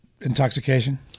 intoxication